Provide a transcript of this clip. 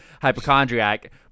hypochondriac